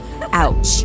Ouch